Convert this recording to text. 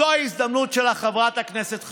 זו ההזדמנות שלך, חברת הכנסת חיימוביץ'.